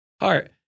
heart